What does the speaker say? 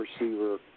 receiver